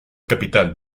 capital